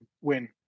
win